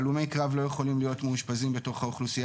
הלומי קרב לא יכולים להיות מאושפזים בתוך האוכלוסייה